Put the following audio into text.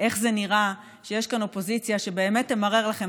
איך זה נראה כשיש כאן אופוזיציה שבאמת תמרר לכם